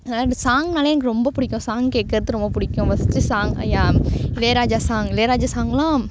அதனால இந்த சாங்னாலே எனக்கு ரொம்ப பிடிக்கும் சாங் கேக்கிறது ரொம்ப பிடிக்கும் ஃபஸ்ட்டு சாங் யா இளையராஜா சாங் இளையராஜா சாங்லாம்